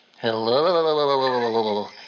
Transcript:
Hello